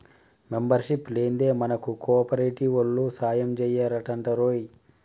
membership లేందే మనకు కోఆపరేటివోల్లు సాయంజెయ్యరటరోయ్